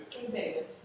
David